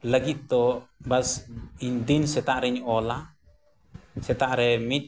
ᱞᱟᱹᱜᱤᱫ ᱫᱚ ᱵᱟᱥ ᱫᱤᱱ ᱥᱮᱛᱟᱜᱨᱮᱧ ᱚᱞᱟ ᱥᱮᱛᱟᱜᱨᱮ ᱢᱤᱫ